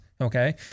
okay